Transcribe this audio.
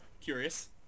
curious